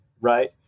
right